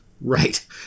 right